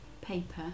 paper